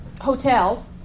hotel